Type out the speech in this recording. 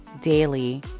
daily